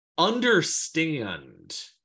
understand